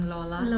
Lola